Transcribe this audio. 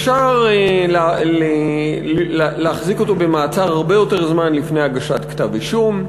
אפשר להחזיק אותו הרבה יותר זמן במעצר לפני הגשת כתב-אישום.